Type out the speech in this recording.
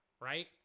right